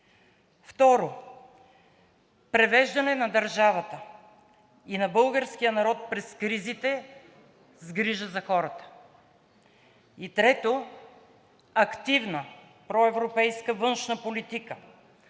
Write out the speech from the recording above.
Второ – превеждане на държавата и на българския народ през кризите с грижа за хората. И трето – активна проевропейска външна политика